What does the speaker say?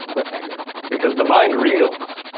ah cliffhanger. because the mind reels.